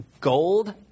gold